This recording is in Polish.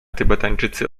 tybetańczycy